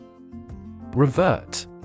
Revert